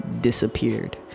disappeared